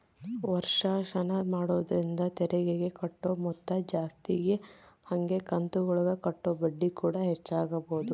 ವರ್ಷಾಶನ ಮಾಡೊದ್ರಿಂದ ತೆರಿಗೆಗೆ ಕಟ್ಟೊ ಮೊತ್ತ ಜಾಸ್ತಗಿ ಹಂಗೆ ಕಂತುಗುಳಗ ಕಟ್ಟೊ ಬಡ್ಡಿಕೂಡ ಹೆಚ್ಚಾಗಬೊದು